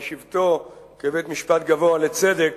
בשבתו כבית-המשפט הגבוה לצדק,